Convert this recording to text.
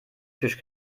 tisch